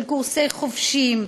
קורסי חובשים.